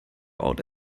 out